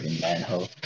manhole